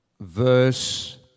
verse